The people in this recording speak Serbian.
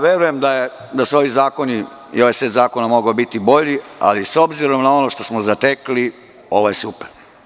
Verujem da su ovi zakoni i ovaj set zakona mogli biti bolji, ali s obzirom na ono što smo zatekli, ovo je super.